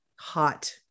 hot